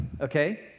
Okay